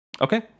Okay